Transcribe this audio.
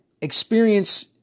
experience